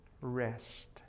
rest